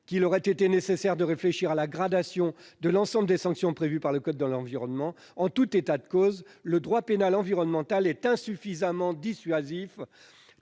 qu'il aurait été nécessaire de réfléchir à la gradation de l'ensemble des sanctions prévues par le code de l'environnement, mais le droit pénal environnemental est, en tout état de cause,